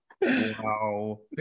wow